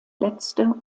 letzte